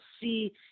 see